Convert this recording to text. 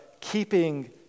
keeping